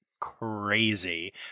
crazy